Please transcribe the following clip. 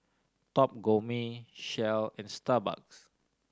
Top Gourmet Shell and Starbucks